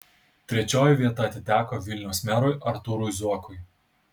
trečioji vieta atiteko vilniaus merui artūrui zuokui